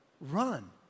Run